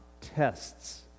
tests